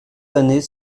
années